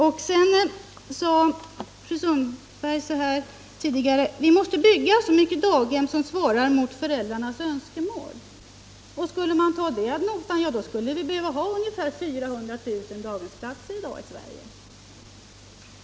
Tidigare sade fru Sundberg: Vi måste bygga så många daghem som svarar mot föräldrarnas önskemål. Skall vi ta det ad notam då skulle vi bygga ungefär 400 000 daghemsplatser i dag i Sverige.